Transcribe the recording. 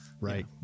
right